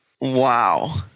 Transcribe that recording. Wow